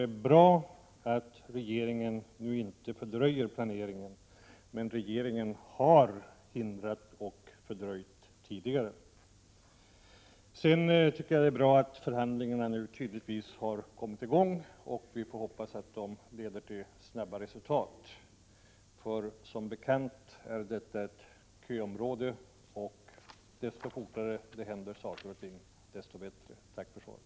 Det är bra att regeringen nu inte fördröjer planeringen, men regeringen har hindrat och fördröjt den tidigare. Det är alltså bra att förhandlingarna nu tydligen har kommit i gång, och vi får hoppas att de snabbt leder till resultat. Som bekant är ju detta ett område med köer, och ju fortare det händer saker, desto bättre. Tack för svaret.